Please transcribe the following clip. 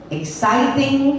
exciting